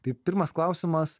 tai pirmas klausimas